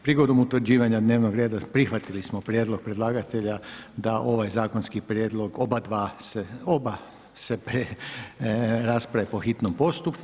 Prigodom utvrđivanja dnevnog reda prihvatili smo prijedlog predlagatelja da ovaj zakonski prijedlog oba dva, oba se rasprave po hitnom postupku.